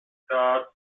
start